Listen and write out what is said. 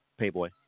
Payboy